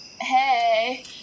Hey